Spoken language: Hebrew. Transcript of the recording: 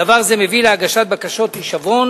דבר זה מביא להגשת בקשות הישבון